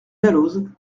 dalloz